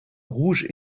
rouge